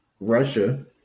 Russia